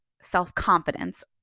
self-confidence